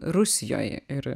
rusijoj ir